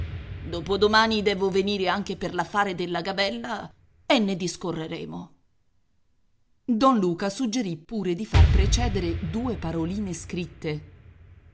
dopodomani dopodomani devo venire anche per l'affare della gabella e ne discorreremo don luca suggerì pure di far precedere due paroline scritte